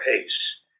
pace